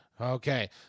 Okay